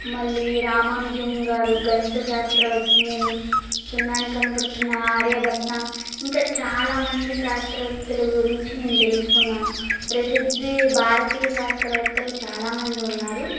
మళ్ళీ రామానుజం గారు గణిత శాస్త్రవేత్తలు సున్నాని కనిపెట్టిన ఆర్యభట్ట ఇంకా చాలామంది శాస్త్ర వేత్తల గురించి నేను తెలుసుకున్నాను ప్రసిద్ది భారతీయ శాస్త్రవేత్తలు చాలామంది ఉన్నారు